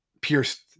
pierced